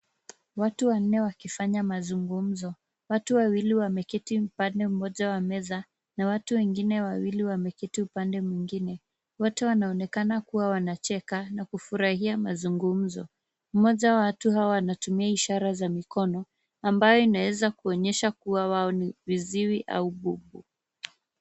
Watu wanne wakifanya mazungumzo watu wawili wameketi upande mmoja wa meza na watu wengine wawili wameketi upande mwingine wote wanaonekana kuwa wanacheka na kufurahia mazungumzo mmoja wa watu hawa anatumia ishara ya mikono ambayo inaweza kuonyesha kuwa wao ni viziwi ama bubu.